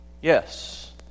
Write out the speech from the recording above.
Yes